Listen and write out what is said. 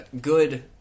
good